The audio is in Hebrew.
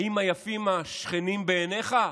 היפים השכנים בעיניך?